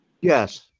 Yes